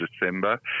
December